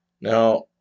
Now